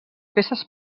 peces